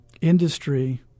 Industry